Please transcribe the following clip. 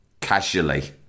casually